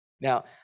now